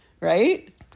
right